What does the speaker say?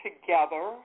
together